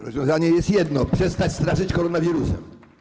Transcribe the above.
Rozwiązanie jest jedno: przestać straszyć koronawirusem.